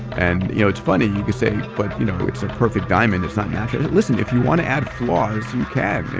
and you know it's funny you could say, but you know it's a perfect diamond. it's not natural. listen, if you want to add floors you can,